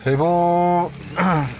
সেইবোৰ